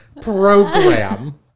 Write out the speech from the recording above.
program